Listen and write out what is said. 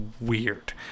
weird